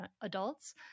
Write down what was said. adults